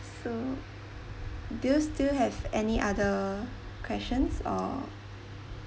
so do you still have any other questions or